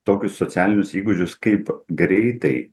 tokius socialinius įgūdžius kaip greitai